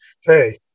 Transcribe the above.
hey